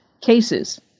cases